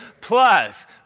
Plus